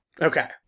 Okay